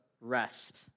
rest